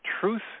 truth